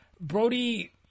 Brody